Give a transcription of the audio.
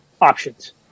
options